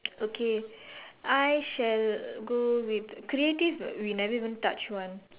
okay I shall go with creative we never even touch one